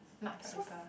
March or April